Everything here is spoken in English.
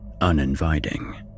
uninviting